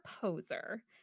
poser